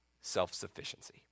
self-sufficiency